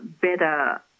better